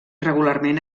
regularment